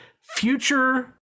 future